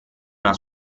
una